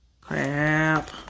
crap